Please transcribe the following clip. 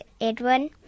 Edwin